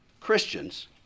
Christians